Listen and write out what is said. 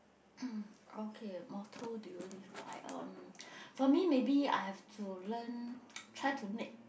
okay motto do you live by um for me maybe I have to learn try to make